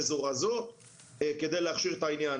מזורזות כדי להכשיר את העניין.